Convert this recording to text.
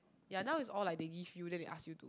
ya now is all like they give you then they ask you to